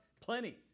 plenty